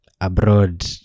abroad